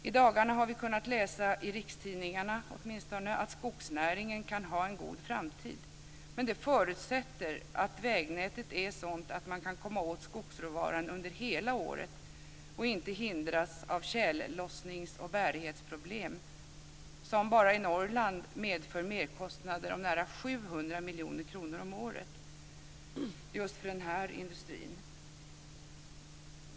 I dagarna har vi kunnat läsa, åtminstone i rikstidningarna, att skogsnäringen kan ha en god framtid. Men det förutsätter att vägnätet är sådant att man kan komma åt skogsråvaran under hela året och inte hindras av tjällossnings och bärighetsproblem, som enbart i Norrland medför merkostnader på nära 700 miljoner kronor om året just för den industrin.